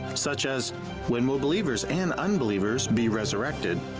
such as when will believers and unbelievers be resurrected?